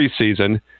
preseason –